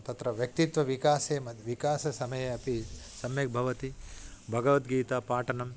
तत्र व्यक्तित्वविकासे मत् विकाससमये अपि सम्यक् भवति भगवद्गीता पाठनं